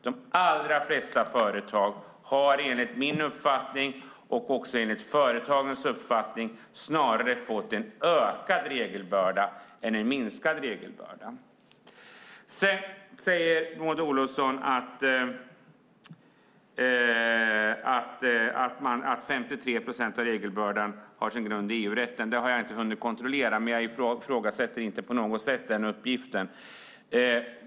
De allra flesta företag har enligt min uppfattning och enligt företagens uppfattning snarare fått en ökad regelbörda än en minskad regelbörda. Sedan säger Maud Olofsson att 53 procent av regelbördan har sin grund i EU-rätten. Det har jag inte hunnit kontrollera, men jag ifrågasätter inte på något sätt den uppgiften.